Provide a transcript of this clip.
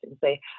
Say